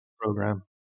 program